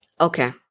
Okay